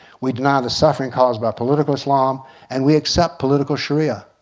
we deny the suffering caused by political islam and we accept political sharia.